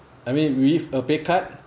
I mean with a pay cut